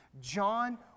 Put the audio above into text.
John